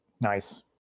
Nice